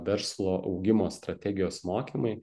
verslo augimo strategijos mokymai